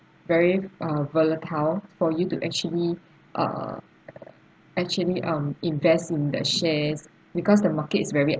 very uh volatile for you to actually uh actually um invest in the shares because the market is very